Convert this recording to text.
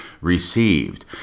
received